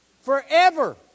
Forever